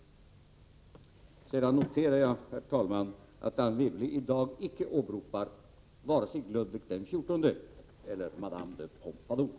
Till sist, herr talman, noterar jag att Anne Wibble i dag icke åberopar vare sig Ludvig XIV eller madame Pompadour.